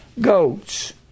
goats